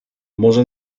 może